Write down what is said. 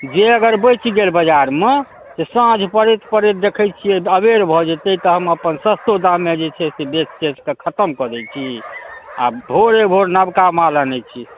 जे अगर बचि गेल बजारमे से साँझ पड़ैत पड़ैत देखै छियै अबेर भऽ जेतै तऽ हम अपन सस्तो दाममे जे छै से बेच तेच कऽ खतम कऽ दै छी आओर भोरे भोर नबका माल अनै छी